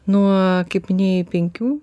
nuo kaip minėjai penkių